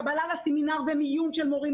קבלה לסמינר ומיון של מורים,